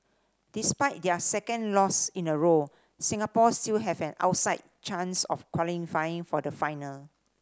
despite their second loss in a row Singapore still have an outside chance of qualifying for the final